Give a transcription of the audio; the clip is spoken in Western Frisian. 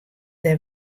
der